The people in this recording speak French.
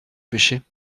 pêchais